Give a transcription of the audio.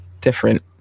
different